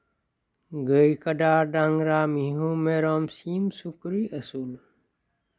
ᱜᱟᱹᱭ ᱠᱟᱰᱟ ᱰᱟᱝᱨᱟ ᱢᱤᱦᱩ ᱢᱮᱨᱚᱢ ᱥᱤᱢ ᱥᱩᱠᱨᱤ ᱟᱹᱥᱩᱞ